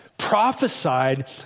prophesied